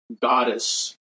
goddess